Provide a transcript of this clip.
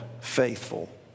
faithful